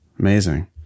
Amazing